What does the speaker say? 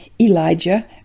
Elijah